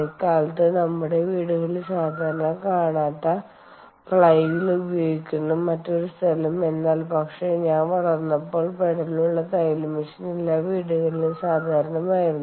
ഇക്കാലത്ത് നമ്മുടെ വീടുകളിൽ സാധാരണ കാണാത്ത ഫ്ലൈ വീൽ ഉപയോഗിക്കുന്ന മറ്റൊരു സ്ഥലം എന്നാൽ പക്ഷേ ഞാൻ വളർന്നപ്പോൾ പെഡലുള്ള തയ്യൽ മെഷീൻ എല്ലാ വീട്ടിലും സാധാരണമായിരുന്നു